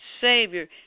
Savior